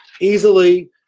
easily